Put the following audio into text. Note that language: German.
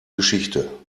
geschichte